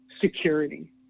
security